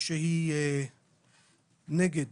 שהיא נגד